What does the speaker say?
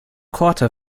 korte